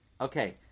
Okay